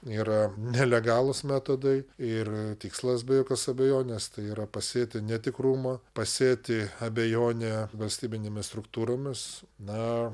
yra nelegalūs metodai ir tikslas be jokios abejonės tai yra pasėti netikrumą pasėti abejonę valstybinėmis struktūromis na